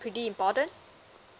pretty important